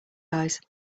guys